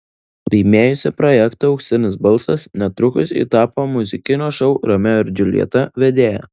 laimėjusi projektą auksinis balsas netrukus ji tapo muzikinio šou romeo ir džiuljeta vedėja